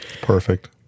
Perfect